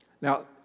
Now